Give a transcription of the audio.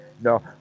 no